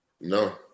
No